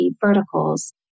verticals